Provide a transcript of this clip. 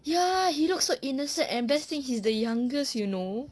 ya he looks so innocent and best thing he's the youngest you know